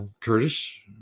Curtis